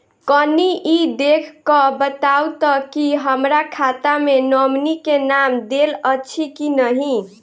कनि ई देख कऽ बताऊ तऽ की हमरा खाता मे नॉमनी केँ नाम देल अछि की नहि?